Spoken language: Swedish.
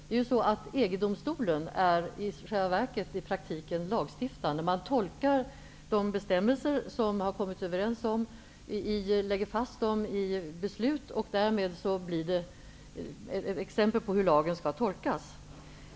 EG-domstolen är i praktiken lagstiftande. Den tolkar de bestämmelser som man kommit överens om och lägger fast dem i beslut, och det utgör exempel på hur lagen skall tolkas.